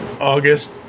August